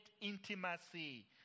intimacy